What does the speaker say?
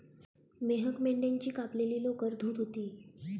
मेहक मेंढ्याची कापलेली लोकर धुत होती